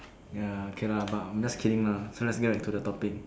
ya okay lah but I'm just kidding lah so let's get into the topic